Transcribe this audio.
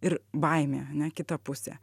ir baimė ane kita pusė